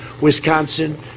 Wisconsin